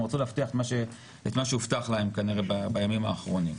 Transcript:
הם רצו את מה שהובטח להם כנראה בימים האחרונים.